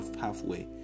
halfway